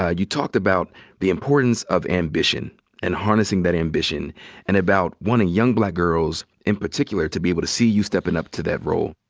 ah you talked about the importance of ambition and harnessing that ambition and about wanting young black girls in particular to be able to see you stepping up to that role.